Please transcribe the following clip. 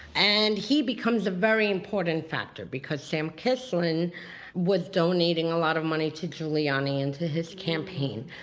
and he becomes a very important factor, because sam kislin was donating a lot of money to giuliani into his campaign.